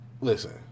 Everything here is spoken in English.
Listen